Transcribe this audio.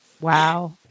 Wow